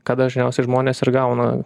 ką dažniausiai žmonės ir gauna